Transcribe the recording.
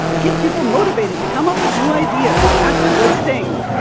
it gets people motivated to come up with new ideas, and that's a good thing.